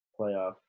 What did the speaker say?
playoff